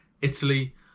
Italy